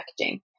packaging